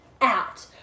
out